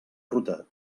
ruta